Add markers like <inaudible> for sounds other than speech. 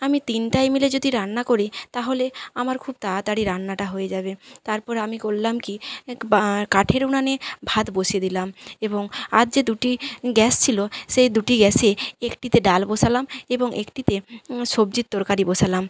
আমি তিনটায় মিলে যদি রান্না করি তাহলে আমার খুব তাড়াতাড়ি রান্নাটা হয়ে যাবে তারপর আমি করলাম কি এক <unintelligible> কাঠের উনুনে ভাত বসিয়ে দিলাম এবং আর যে দুটি গ্যাস ছিলো সেই দুটি গ্যাসে একটিতে ডাল বসালাম এবং একটিতে সবজির তরকারি বসালাম